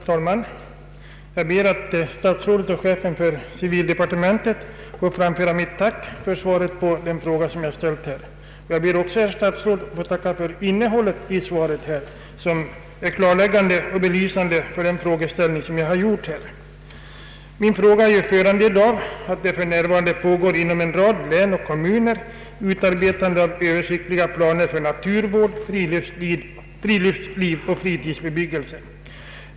Herr talman! Jag ber att till statsrådet och chefen för civildepartementet få framföra mitt tack för svaret på den fråga som jag ställt. Jag ber också, herr statsråd, att få tacka för innehållet i svaret, som är klarläggande och belysande för den frågeställning jag gjort. Min fråga är föranledd av att det inom en rad län och kommuner för närvarande pågår ett arbete med utarbetande av översiktliga planer för naturvård, friluftsliv och fritidsbebyggelse.